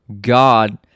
God